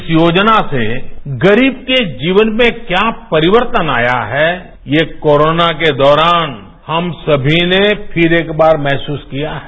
इस योजना से गरीब के जीवन में क्या परिवर्तन आया है ये कोरोना के दौरान हम सभी ने फिर एक बार महसूस किया है